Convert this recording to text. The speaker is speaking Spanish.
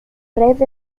red